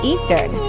Eastern